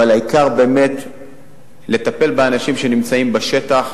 אבל העיקר באמת לטפל באנשים שנמצאים בשטח,